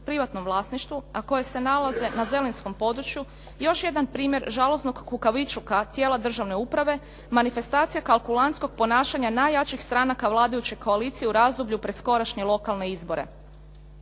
privatnom vlasništvu a koje se nalaze na zelinskom području još je jedan primjer žalosnog kukavičluka tijela državne uprave, manifestacija kalkulantskog ponašanja najjačih stranaka vladajuće koalicije u razdoblju pred skorašnje lokalne izbore